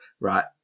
right